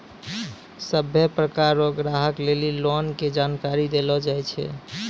सभ्भे प्रकार रो ग्राहक लेली लोन के जानकारी देलो जाय छै